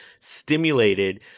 stimulated